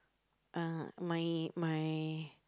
uh my my